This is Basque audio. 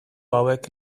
hauek